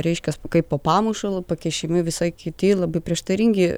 reiškiasi kaip po pamušalu pakišami visai kiti labai prieštaringi